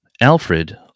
Alfred